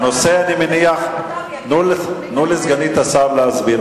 הנושא, אני מניח, תנו לסגנית השר להסביר.